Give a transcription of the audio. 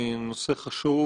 נושא חשוב